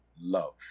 love